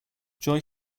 joy